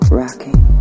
rocking